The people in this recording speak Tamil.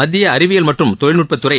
மத்திய அறிவியல் மற்றும் தொழில்நுட்பத்துறை